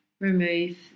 remove